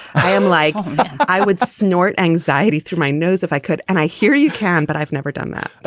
i am like i would snort anxiety through my nose if i could. and i hear you can. but i've never done that.